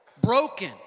broken